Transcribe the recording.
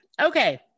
okay